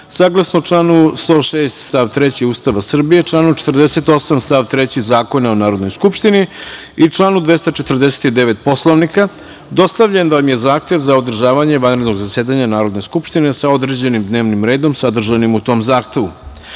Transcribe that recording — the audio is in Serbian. saglasno članu 106. stav 3. Ustava Republike Srbije, članu 48. stav 3. Zakona o Narodnoj skupštini i članu 249. Poslovnika, dostavljen vam je Zahtev za održavanje vanrednog zasedanja Narodne skupštine, sa određenim dnevnim redom sadržanim u tom Zahtevu.Za